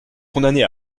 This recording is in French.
condamnés